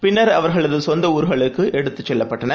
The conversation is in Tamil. பின்னர் அவர்களதுசொந்தஊர்களுக்குஎடுத்துச் செல்லப்பட்டன